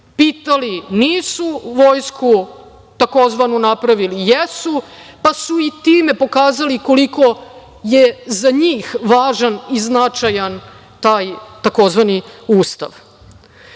pitali nisu, vojsku tzv. napravili jesu, pa su i time pokazali koliko je za njih važan i značajan taj tzv.